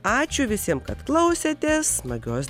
ačiū visiem kad klausėtės smagios